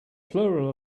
plural